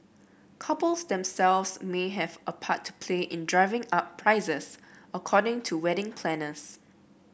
couples themselves may have a part to play in driving up prices according to wedding planners